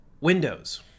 Windows